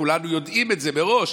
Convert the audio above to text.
וכולנו יודעים את זה מראש,